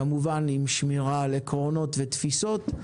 כמובן עם שמירה על עקרונות ותפיסות.